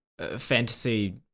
fantasy